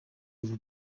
vous